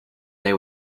they